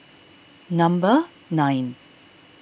number nine